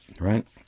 right